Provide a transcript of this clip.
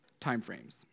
timeframes